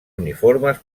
uniformes